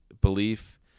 belief